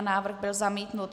Návrh byl zamítnut.